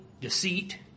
Deceit